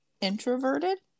introverted